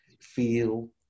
feel